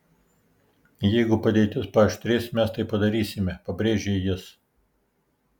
jeigu padėtis paaštrės mes tai padarysime pabrėžė jis